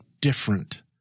different